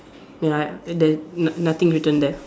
ya and there not~ nothing written there